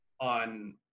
on